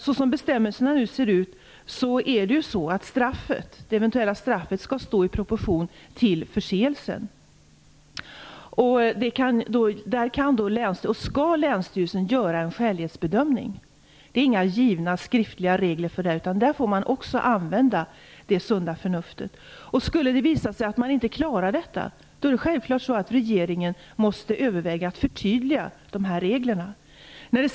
Såsom bestämmelserna nu är utformade skall det eventuella straffet stå i proportion till förseelsen. Länsstyrelsen skall då göra en skälighetsbedömning. Det finns inga givna skriftliga regler för detta, utan här får man använda det sunda förnuftet. Skulle det visa sig att man inte klarar detta måste regeringen självfallet överväga att förtydliga reglerna.